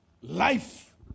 Life